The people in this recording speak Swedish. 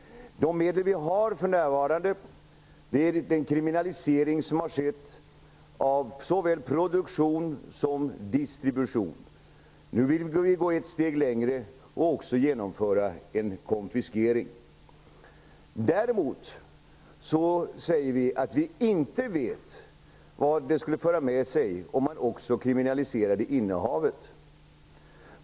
De medel som vi har för närvarande är den kriminalisering som har skett av såväl produktion som distribution. Nu vill vi gå ett steg längre och införa en konfiskering. Däremot säger vi att vi inte vet vad det skulle föra med sig om man också kriminaliserade innehavet.